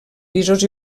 pisos